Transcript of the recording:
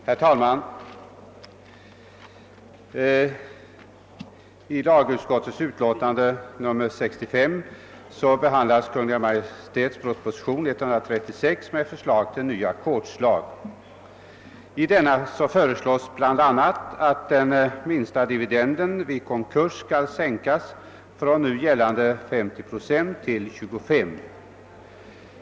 Herr talman! I första lagutskottets utlåtande nr 65 behandlas Kungl. Maj:ts proposition nr 136 med förslag till ny ackordslag. I denna föreslås bla. att den minsta dividenden vid konkurs skall sänkas från nu gällande 50 procent till 25 procent.